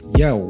yo